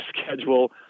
schedule